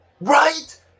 Right